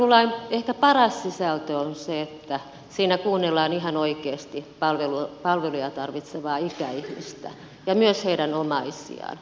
vanhuspalvelulain ehkä paras sisältö on se että siinä kuunnellaan ihan oikeasti palveluja tarvitsevaa ikäihmistä ja myös heidän omaisiaan